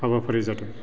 हाबाफारि जादों